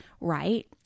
right